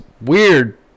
weird